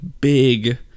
big